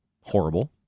horrible